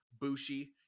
Bushi